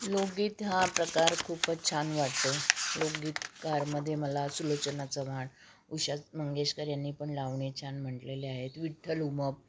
लोकगीत हा प्रकार खूपच छान वाटतो लोकगीतकारांमध्ये मला सुलोचना चव्हाण उषा मंगेशकर यांनी पण लावणी छान म्हटलेले आहेत विठ्ठल उमप